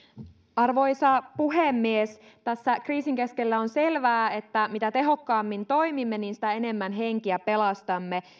arvoisa puhemies tässä kriisin keskellä on selvää että mitä tehokkaammin toimimme niin sitä enemmän henkiä pelastamme